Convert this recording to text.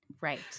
Right